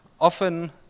often